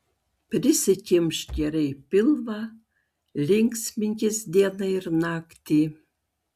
prisikimšk gerai pilvą linksminkis dieną ir naktį